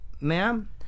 ma'am